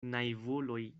naivuloj